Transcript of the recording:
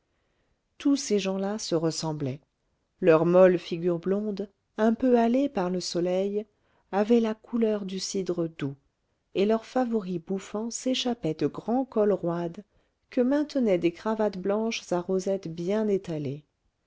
tous ces gens-là se ressemblaient leurs molles figures blondes un peu hâlées par le soleil avaient la couleur du cidre doux et leurs favoris bouffants s'échappaient de grands cols roides que maintenaient des cravates blanches à rosette bien étalée